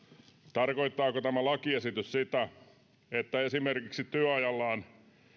tarkoittaako tämä lakiesitys sitä että esimerkiksi työajallaan